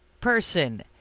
person